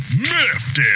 miffed